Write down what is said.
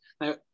Now